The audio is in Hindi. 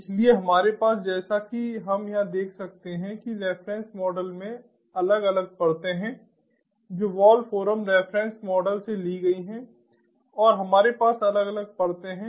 इसलिए हमारे पास जैसा कि हम यहां देख सकते हैं कि रेफरेन्स मॉडल में अलग अलग परतें हैं जो वाल फोरम रेफरेन्स मॉडल से ली गई हैं और हमारे पास अलग अलग परतें हैं